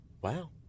Wow